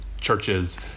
churches